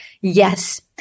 Yes